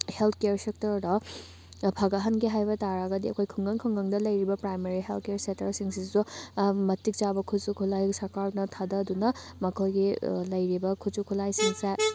health care ꯁꯦꯛꯇꯔꯗ ꯐꯒꯠꯍꯟꯒꯦ ꯍꯥꯏꯕ ꯇꯥꯔꯒꯗꯤ ꯑꯩꯈꯣꯏ ꯈꯨꯡꯒꯪ ꯈꯨꯡꯒꯪꯗ ꯂꯩꯔꯤꯕ ꯄ꯭ꯔꯥꯏꯃꯥꯔꯤ ꯍꯦꯜꯊ ꯀꯤꯌꯔ ꯁꯦꯟꯇꯔ ꯁꯤꯡꯁꯤꯁꯨ ꯃꯇꯤꯛ ꯆꯥꯕ ꯈꯨꯠꯁꯨ ꯈꯨꯠꯂꯥꯏ ꯁꯔꯀꯥꯔꯅ ꯊꯥꯗꯗꯨꯅ ꯃꯈꯣꯏꯒꯤ ꯂꯩꯔꯤꯕ ꯈꯨꯠꯁꯨ ꯈꯨꯠꯂꯥꯏꯁꯤꯡꯁꯦ